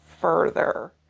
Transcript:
further